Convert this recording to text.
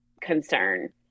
concern